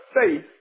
faith